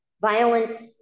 violence